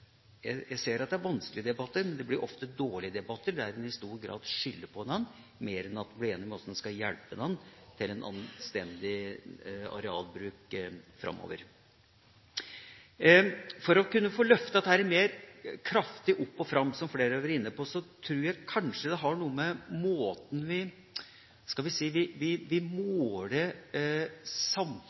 dårlige debatter, der en i stor grad skylder på hverandre mer enn at en blir enige om hvordan en skal hjelpe hverandre til en anstendig arealbruk framover. Det å kunne få løftet dette mer kraftig opp og fram, som flere har vært inne på, tror jeg kanskje har noe med måten vi måler samfunnsendring på, måten vi måler det på om vi syns at samfunnsutviklinga går i riktig retning. Vi